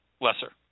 lesser